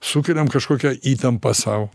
sukeliam kažkokią įtampą sau